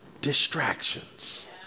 distractions